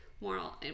moral